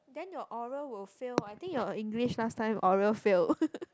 then your oral will fail I think your English last time oral fail